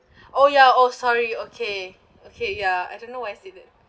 oh ya oh sorry okay okay ya I don't know why seaweed